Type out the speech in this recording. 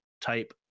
type